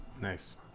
Nice